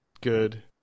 good